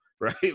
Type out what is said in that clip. right